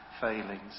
failings